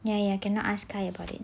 ya ya can not ask khai about it